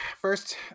first